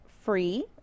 free